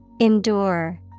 Endure